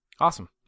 Awesome